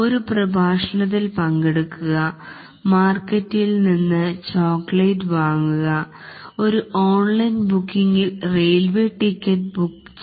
ഒരു പ്രഭാഷണത്തിൽ പങ്കെടുക്കുക മാർകെറ്റിൽ നിന്ന് ചോക്ലേറ്റ് വാങ്ങുക ഒരു ഓൺലൈൻ ബുക്കിങ്ങിൽ റെയിൽവേ ടിക്കറ്റ് ബുക്ക് ചെയ്യുക